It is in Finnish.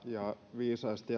viisaista